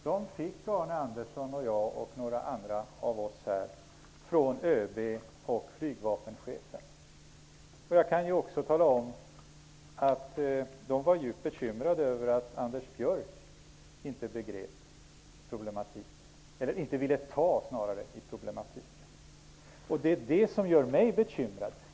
Dem fick Arne Andersson, jag och några andra från ÖB och flygvapenchefen. Jag kan också tala om att de var djupt bekymrade över att Anders Björck inte begrep problematiken, eller snarare inte ville ta itu med problemen. Det är det som gör mig bekymrad.